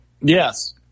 Yes